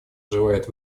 желает